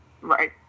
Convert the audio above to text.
Right